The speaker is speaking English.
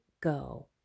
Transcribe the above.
go